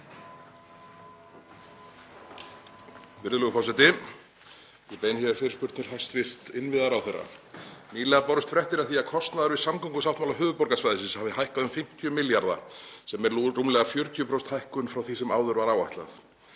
forseti. Ég beini hér fyrirspurn til hæstv. innviðaráðherra. Nýlega bárust fréttir af því að kostnaður við samgöngusáttmála höfuðborgarsvæðisins hafi hækkað um 50 milljarða, sem er rúmlega 40% hækkun frá því sem áður var áætlað.